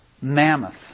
mammoth